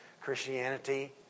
Christianity